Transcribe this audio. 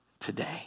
today